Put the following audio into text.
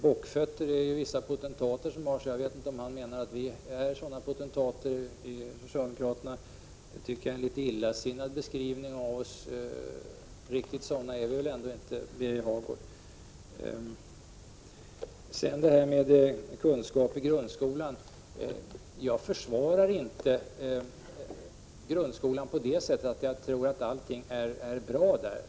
Bockfötter har ju vissa potentater, och jag vet inte om Birger Hagård menar att vi socialdemokrater är sådana potentater. Det tycker jag är en litet illasinnad beskrivning av oss. Riktigt sådana är vi väl ändå inte, Birger Hagård. När det gäller kunskap i grundskolan försvarar jag inte grundskolan på det sättet att jag tror att allting är bra där.